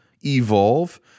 evolve